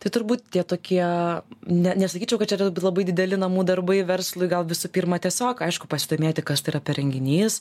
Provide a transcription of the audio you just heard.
tai turbūt tie tokie ne nesakyčiau kad čia yra labai dideli namų darbai verslui gal visų pirma tiesiog aišku pasidomėti kas tai yra per renginys